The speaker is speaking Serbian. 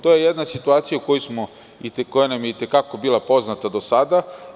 To je jedna situacija koja nam je i te kako bila poznata do sada.